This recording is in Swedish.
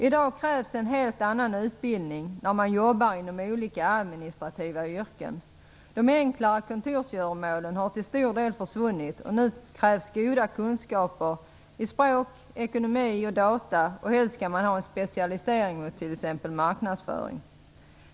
I dag krävs det en helt annan utbildning än tidigare för dem som jobbar inom olika administrativa yrken. De enklare kontorsgöromålen har till stor del försvunnit, och nu krävs goda kunskaper i språk, ekonomi och data, och helst skall man ha en specialisering mot t.ex. marknadsföring.